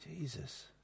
Jesus